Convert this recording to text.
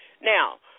Now